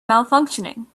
malfunctioning